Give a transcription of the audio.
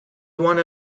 one